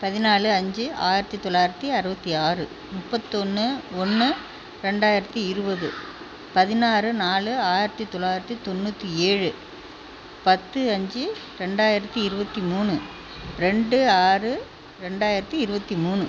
பதினாலு அஞ்சு ஆயிரத்தி தொள்ளாயிரத்தி அறுபத்தி ஆறு முப்பத்தொன்று ஒன்று ரெண்டாயிரத்தி இருபது பதினாறு நாலு ஆயிரத்தி தொள்ளாயிரத்தி தொண்ணூத்தி ஏழு பத்து அஞ்சு ரெண்டாயிரத்தி இருபத்தி மூணு ரெண்டு ஆறு ரெண்டாயிரத்தி இருபத்தி மூணு